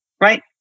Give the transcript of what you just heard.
right